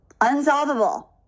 Unsolvable